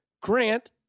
Grant